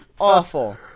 Awful